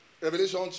Revelation